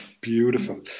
beautiful